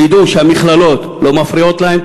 שידעו שהמכללות לא מפריעות להם,